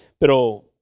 pero